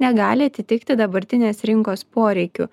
negali atitikti dabartinės rinkos poreikių